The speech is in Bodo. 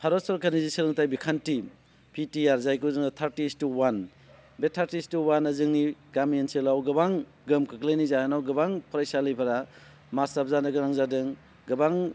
भारत सरखारनि जि सोलोंथाय बिखान्थि पिटिआर जायखौ जोङो थारटि इच टु अवान बे थारटि इच टु अवाना जोंनि गामि ओनसोलाव गोबां गोहोम खोख्लैनायनि जाहोनाव गोबां फरायसालिफ्रा मार्ज आप जानो गोनां जादों गोबां